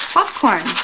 Popcorn